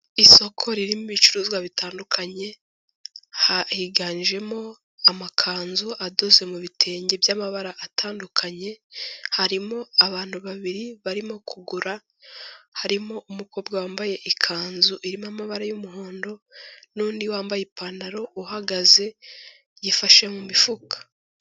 Isoko ririmo ibicuruzwa bitandukanye higanjemo amakanzu adoze mu bi bitenge by'amabara atandukanye, harimo abantu babiri barimo kugura, harimo umukobwa wambaye ikanzu irimo amabara y'umuhondo n'undi wambaye ipantaro uhagaze, yifashe mu mifuka.